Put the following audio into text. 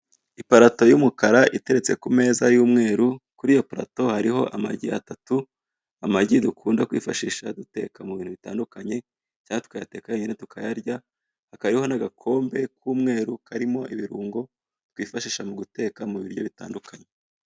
Iparato y'umukara iteretse ku meza y'umweru, kuri iyo parato hariho amagi atatu, amagi dukunda kwifashisha duteka mu bintu bitandukanye, cyangwa tukayateka yonyine tukayarya, hakaba hariho n'agakombe k'umweru karimo ibirungo, twifashisha mu guteka mu biryo bitandukanye.